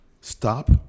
Stop